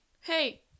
hey